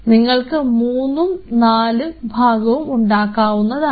നിങ്ങൾക്ക് മൂന്നു നാലു ഭാഗവും ഉണ്ടാക്കാവുന്നതാണ്